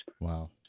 Wow